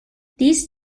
these